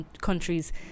countries